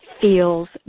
feels